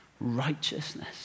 righteousness